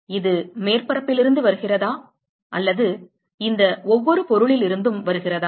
இது மேற்பரப்பில் இருந்து வருகிறதா அல்லது இந்த ஒவ்வொரு பொருளிலிருந்தும் வருகிறதா